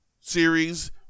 series